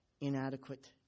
Inadequate